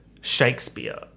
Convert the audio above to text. shakespeare